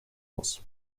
muss